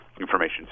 information